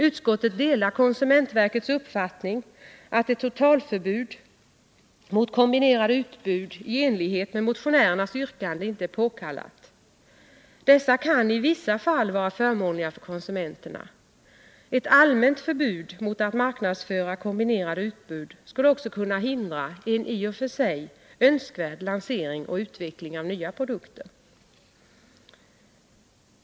Utskottet delar konsumentverkets uppfattning att ett totalförbud mot kombinerade utbud i enlighet med motionärernas yrkande inte är påkallat; dessa kan i vissa fall vara förmånliga för konsumenterna. Ett allmänt förbud mot att marknadsföra kombinerade utbud skulle också kunna hindra en i och för sig önskvärd lansering och utveckling av nya produkter.